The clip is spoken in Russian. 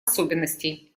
особенностей